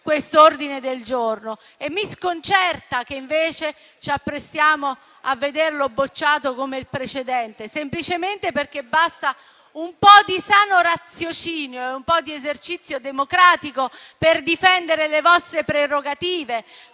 quest'ordine del giorno. Mi sconcerta, invece, il fatto che ci apprestiamo a vederlo respinto come il precedente, semplicemente perché basta un po' di sano raziocinio e un po' di esercizio democratico per difendere le vostre prerogative,